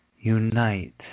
unite